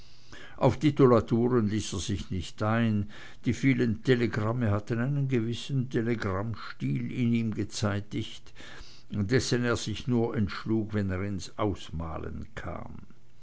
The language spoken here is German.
auf titulaturen ließ er sich nicht ein die vielen telegramme hatten einen gewissen allgemeinen telegrammstil in ihm gezeitigt dessen er sich nur entschlug wenn er ins ausmalen kam